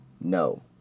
No